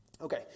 Okay